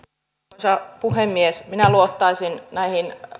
arvoisa puhemies minä luottaisin näihin